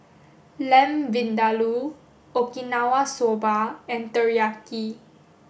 Lamb Vindaloo Okinawa soba and Teriyaki